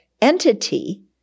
entity